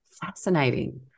Fascinating